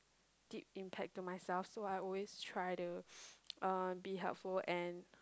deep impact to myself so I always try to uh be helpful and